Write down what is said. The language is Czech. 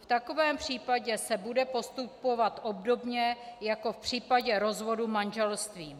V takovém případě se bude postupovat obdobně jako v případě rozvodu manželství.